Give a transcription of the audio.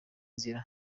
nzira